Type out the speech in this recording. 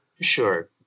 Sure